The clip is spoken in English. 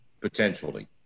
potentially